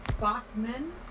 Bachman